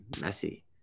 messy